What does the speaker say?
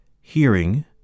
hearing